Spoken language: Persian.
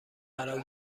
قرار